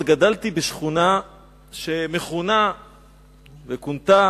היושב-ראש, חברי חברי הכנסת,